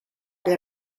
del